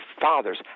fathers